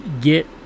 get